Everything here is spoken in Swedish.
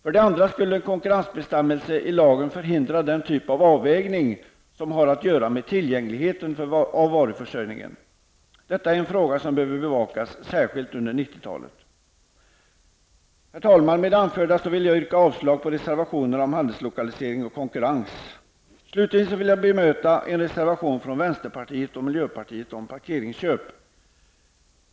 Vidare skulle en ''konkurrensbestämmelse'' i lagen förhindra den typ av avvägning som har att göra med tillgängligheten när det gäller varuförsörjningen. Detta är en fråga som behöver bevakas särskilt under 1990-talet. Herr talman! Med det anförda vill jag yrka avslag på reservationerna om handelslokalisering och konkurrens. Slutligen vill jag beröra en reservation från vänsterpartiet och miljöpartiet om parkeringsköp.